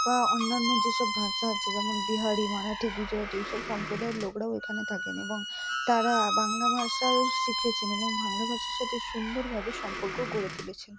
বা অন্যান্য যেসব ভাষা আছে যেমন বিহারী মারাঠি গুজরাটি এই সব সম্প্রদায়ের লোকরাও এখানে থাকেন এবং তারা বাংলা ভাষাও শিখেছেন এবং বাংলা ভাষার সাথে সুন্দরভাবে সম্পর্ক গড়ে তুলেছেন